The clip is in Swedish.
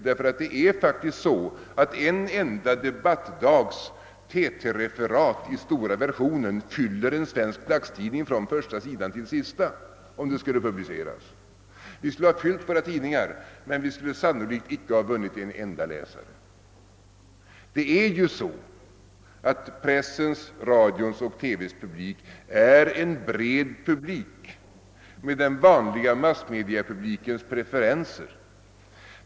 Det är nämligen så att en enda debattdags TT-referat i den stora versionen fyller en svensk dagstidning från första sidan till sista, om materialet publiceras. Vi skulle ha fyllt våra tidningar, men sannolikt skulle vi inte ha vunnit en enda läsare. Press, radio och TV har som sagt en bred publik med den vanliga massmediapublikens preferenser.